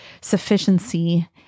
sufficiency